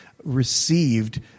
received